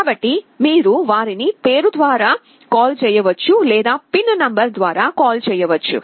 కాబట్టి మీరు వారిని పేరు ద్వారా కాల్ చేయవచ్చు లేదా పిన్ నంబర్ ద్వారా కాల్ చేయవచ్చు